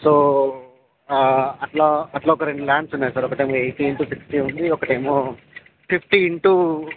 so అట్లా అట్లా ఒక రెండు ల్యాండ్స్ ఉన్నాయి సార్ ఒకటేమో ఎయిటీ ఇంటూ సిక్స్టీ ఉంది ఒకటేమో ఫిఫ్టీ ఇంటూ